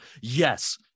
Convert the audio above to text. Yes